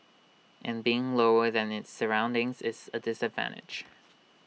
and being lower than its surroundings is A disadvantage